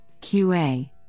QA